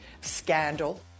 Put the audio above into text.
scandal